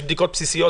יש בדיקות בסיסיות,